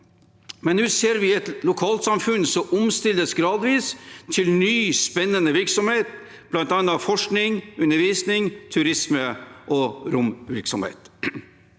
men nå ser vi et lokalsamfunn som gradvis omstilles til ny, spennende virksomhet, bl.a. forskning, undervisning, turisme og romvirksomhet.